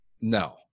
no